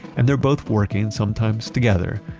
and they're both working, sometimes together,